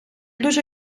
дуже